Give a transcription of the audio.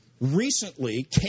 recently